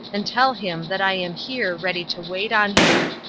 and tell him that i am here ready to wait on him.